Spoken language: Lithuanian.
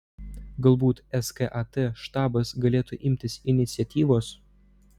galbūt skat štabas galėtų imtis iniciatyvos